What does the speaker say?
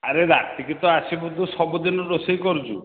ଆରେ ରାତିକୁ ତ ଆସିବୁ ତୁ ସବୁଦିନ ରୋଷେଇ କରୁଛୁ